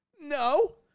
no